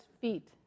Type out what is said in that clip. feet